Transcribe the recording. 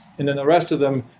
and then the rest of them,